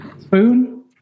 Spoon